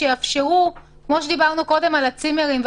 כמו שדיברנו קודם על הצימרים,